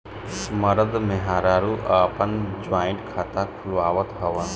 मरद मेहरारू आपन जॉइंट खाता खुलवावत हवन